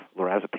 lorazepam